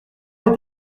est